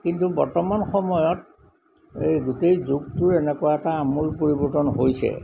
কিন্তু বৰ্তমান সময়ত এই গোটেই যুগটোৰ এনেকুৱা এটা আমোল পৰিৱৰ্তন হৈছে